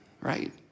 right